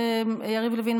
יריב לוין,